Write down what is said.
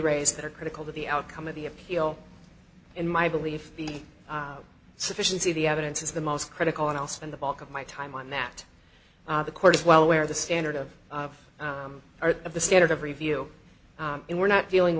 raised that are critical to the outcome of the appeal in my belief the sufficiency of the evidence is the most critical and i'll spend the bulk of my time on that the court is well aware of the standard of our of the standard of review and we're not dealing